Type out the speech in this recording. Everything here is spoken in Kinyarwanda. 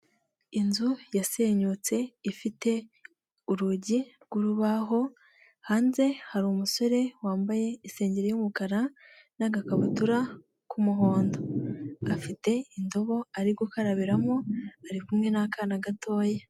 Inzu yasenyutse ifite urugi rw'urubaho, hanze hari umusore wambaye isengeri y'umukara n'agakabutura k'umuhondo. Afite indobo ari gukarabiramo, ari kumwe n'akana gatoya.